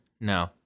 No